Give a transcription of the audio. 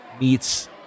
meets